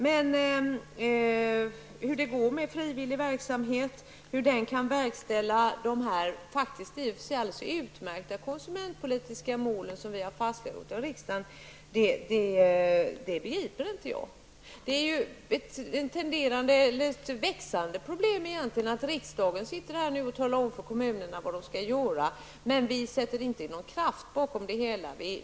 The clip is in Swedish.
Men hur det går med frivillig verksamhet att förverkliga de i och för sig utmärkta konsumentpolitiska mål som vi har fastställt i riksdagen begriper jag inte. Det är ett växande problem egentligen att riksdagen talar om för kommunerna hur de skall göra, men vi sätter ingen kraft bakom det hela.